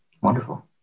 Wonderful